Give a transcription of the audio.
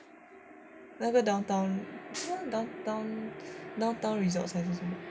那个 downtown downtown resorts 还是什么